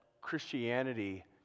Christianity